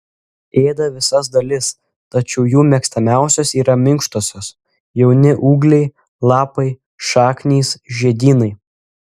ėda visas dalis tačiau jų mėgstamiausios yra minkštosios jauni ūgliai lapai šaknys žiedynai